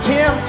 Tim